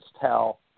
tell